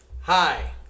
hi